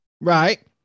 Right